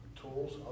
Tools